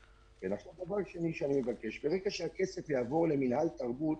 דבר שני שאני מבקש ברגע שהכסף יעבור למינהל התרבות,